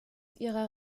ihrer